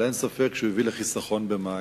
אבל אין ספק שהוא הביא לחיסכון במים.